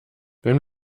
wenn